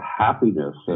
happiness